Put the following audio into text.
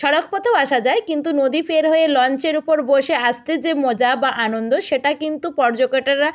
সড়কপথেও আসা যায় কিন্তু নদি পেরিয়ে লঞ্চের উপর বসে আসতে যে মজা বা আনন্দ সেটা কিন্তু পর্যটকেরা